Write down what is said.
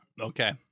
Okay